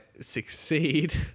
succeed